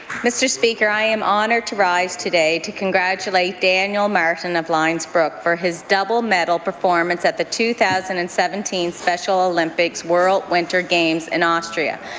mr. speaker, i am honoured to rise today to congratulate daniel marchson of lions book for his double medal performance at the two thousand and seventeen special olympics world winter games in austria.